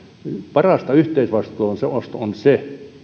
parasta yhteisvastuuta on se on se